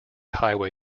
highway